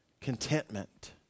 contentment